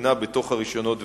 בתוך הרשיונות והצווים.